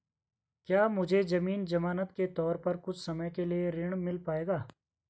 क्या मुझे ज़मीन ज़मानत के तौर पर कुछ समय के लिए ऋण मिल पाएगा?